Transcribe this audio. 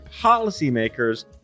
policymakers